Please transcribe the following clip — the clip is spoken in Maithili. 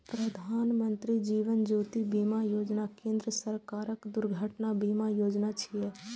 प्रधानमत्री जीवन ज्योति बीमा योजना केंद्र सरकारक दुर्घटना बीमा योजना छियै